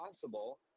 possible